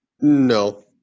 No